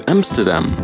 Amsterdam